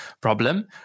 problem